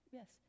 yes